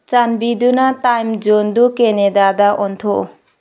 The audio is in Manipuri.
ꯆꯥꯟꯕꯤꯗꯨꯅ ꯇꯥꯏꯝ ꯖꯣꯟꯗꯨ ꯀꯦꯅꯦꯗꯥꯗ ꯑꯣꯟꯊꯣꯛꯎ